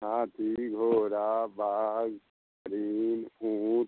हाथी घोड़ा बाघ हिरण ऊँट